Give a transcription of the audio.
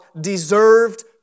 deserved